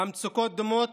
המצוקות דומות